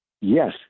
Yes